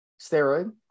steroid